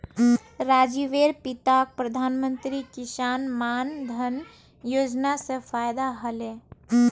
राजीवेर पिताक प्रधानमंत्री किसान मान धन योजना स फायदा ह ले